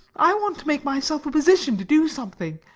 i want to make myself a position, to do something.